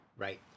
Right